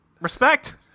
Respect